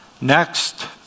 next